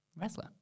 Wrestler